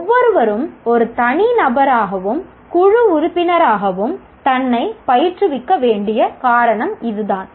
ஒவ்வொருவரும் ஒரு தனிநபராகவும் குழு உறுப்பினராகவும் தன்னைப் பயிற்றுவிக்க வேண்டிய காரணம் இதுதான்